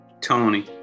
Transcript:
Tony